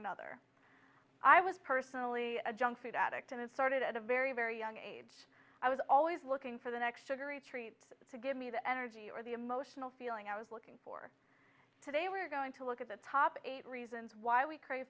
another i was personally a junk food addict and it started at a very very young age i was always looking for the next sugary treat to give me the energy or the emotional feeling i was looking for today we're going to look at the top eight reasons why we crave